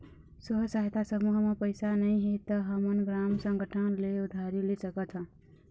स्व सहायता समूह म पइसा नइ हे त हमन ग्राम संगठन ले उधारी ले सकत हन